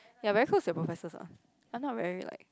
you are very close to your professors ah I'm not very like